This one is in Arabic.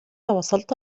وصلت